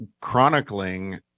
chronicling